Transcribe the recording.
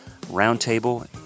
Roundtable